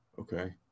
Okay